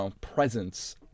presence